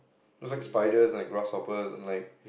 it's just spiders grasshoppers and like